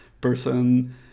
person